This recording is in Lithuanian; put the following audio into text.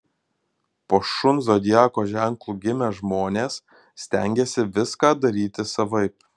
po šuns zodiako ženklu gimę žmonės stengiasi viską daryti savaip